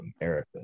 America